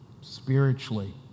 spiritually